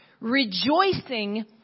Rejoicing